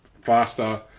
faster